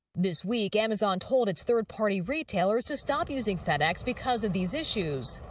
this week, amazon told its third-party retailers to stop using fedex because of these issues.